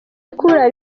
cool